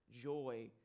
joy